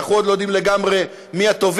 ואנחנו עוד לא יודעים לגמרי מי הטובים.